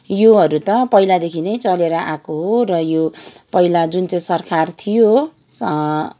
योहरू त पहिलादेखि नै चलेर आएको हो र यो पहिला जुन चाहिँ सरकार थियो